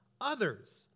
others